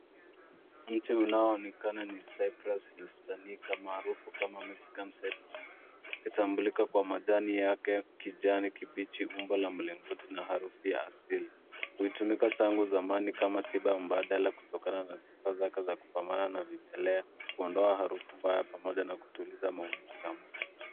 Mti unaoonekana ni cyprus maarufu kama mexican cyprus ukitambulika kwa majani yake kijani kibichi, umbo la mlingoti na harufu ya asili. Hutumika tangu zamani kama tiba mbadala kutokana na sifa zake za kupambana na vimelea, kuondoa harufu mbaya pamoja na kutuliza maumivu ya mwili.